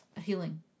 healing